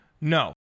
No